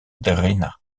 drina